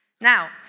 Now